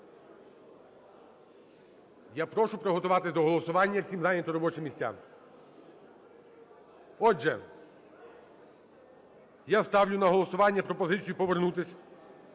Я прошу приготуватися до голосування, всім зайняти робочі місця. Отже, я ставлю на голосування пропозицію повернутися